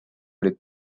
olid